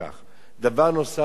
דבר נוסף, ושיהיה ברור,